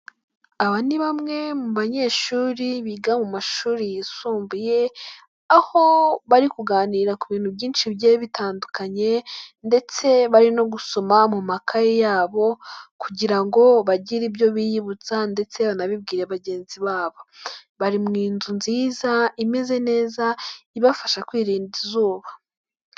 Aba ni bamwe mu banyeshuri biga mu mashuri yisumbuye. Aho bari kuganira ku bintu byinshi bigiye bitandukanye ndetse bari no gusoma mu makaye yabo kugira ngo bagire ibyo biyibutsa ndetse banabibwira bagenzi babo. Bari mu nzu nziza imeze neza ibafasha kwirinda izuba.